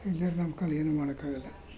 ಇಲ್ದಿದ್ರೆ ನಮ್ಮ ಕೈಲಿ ಏನೂ ಮಾಡೋಕ್ಕಾಗೋಲ್ಲ